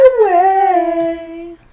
away